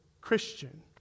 Christian